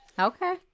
Okay